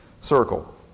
circle